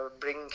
bring